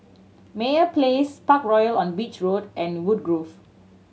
Meyer Place Parkroyal on Beach Road and Woodgrove